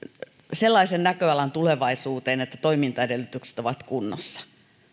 sellaisen näköalan tulevaisuuteen että toimintaedellytykset ovat kunnossa